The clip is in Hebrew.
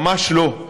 ממש לא.